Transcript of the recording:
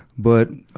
but, ah,